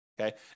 okay